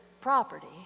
property